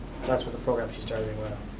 so that's what the program she started